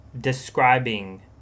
describing